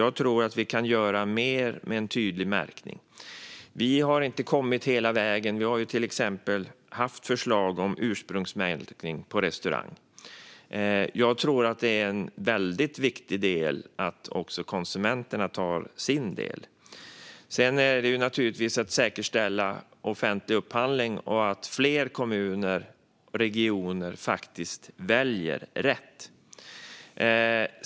Jag tror att vi kan göra mer med en tydlig märkning. Vi har inte kommit hela vägen. Vi har till exempel haft förslag om ursprungsmärkning på restauranger. Jag tror att det är väldigt viktigt att också konsumenterna gör sin del. Sedan handlar det naturligtvis om att säkerställa offentlig upphandling och om att fler kommuner och regioner faktiskt väljer rätt.